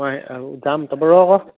মই আৰু যাম তাৰ পৰা ৰহ আকৌ